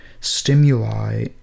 stimuli